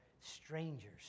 strangers